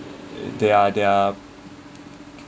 there are there are